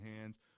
hands